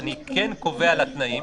אני כן קובע לה תנאים,